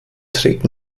trägt